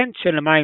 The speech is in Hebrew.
הן של מים